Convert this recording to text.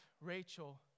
Rachel